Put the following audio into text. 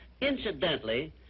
Incidentally